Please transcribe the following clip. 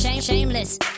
Shameless